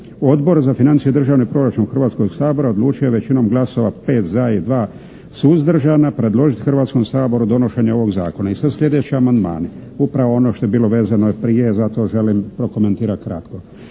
Odbor za financije i državni proračun Hrvatskog sabora odlučio je većinom glasova pet za i dva suzdržana predložiti Hrvatskom saboru donošenje ovog zakona. I sad slijedeći amandmani, upravo ono što je bilo vezano i prije, zato želim prokomentirati kratko.